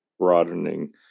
broadening